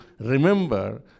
remember